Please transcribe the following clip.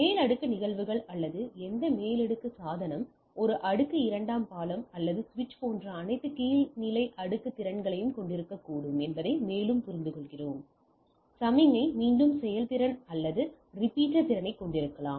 மேல் அடுக்கு நிகழ்வுகள் அல்லது எந்த மேல் அடுக்கு சாதனம் ஒரு அடுக்கு 2 பாலம் அல்லது சுவிட்ச் போன்ற அனைத்து கீழ் அடுக்கு திறன்களையும் கொண்டிருக்கக்கூடும் என்பதை மேலும் புரிந்துகொள்கிறோம் சமிக்ஞை மீண்டும் செய்யும் திறன் அல்லது ரிப்பீட்டர் திறனைக் கொண்டிருக்கலாம்